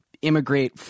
Immigrate